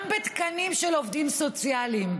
גם בתקנים של עובדים סוציאליים,